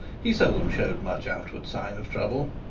he seldom showed much outward sign of trouble.